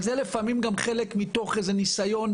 זה לפעמים גם חלק מתוך ניסיון,